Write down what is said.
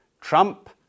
trump